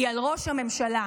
היא על ראש הממשלה.